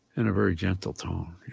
in a very gentle tone,